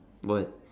what